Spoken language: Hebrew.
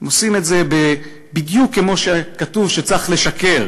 הם עושים את זה בדיוק כמו שכתוב שצריך לשקר,